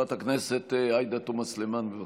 חברת הכנסת עאידה תומא סלימאן, בבקשה.